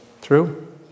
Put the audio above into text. True